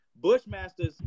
Bushmaster's